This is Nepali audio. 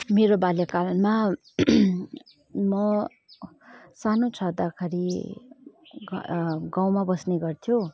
मेरो बाल्यकालमा म सानो छँदाखेरि घ गाउँमा बस्ने गर्थ्यो